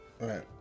right